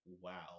wow